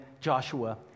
Joshua